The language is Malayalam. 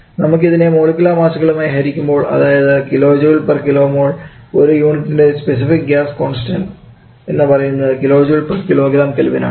നമ്മൾ ഇതിനെ മോളിക്കുലർ മാസുകളുമായി ഹരിക്കുമ്പോൾ അതായത് kgkmol ഒരു യൂണിറ്റിൻറെ സ്പെസിഫിക് ഗ്യാസ് കോൺസ്റ്റൻറ് എന്ന് പറയുന്നത് kJkgK ആണ്